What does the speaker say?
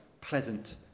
pleasant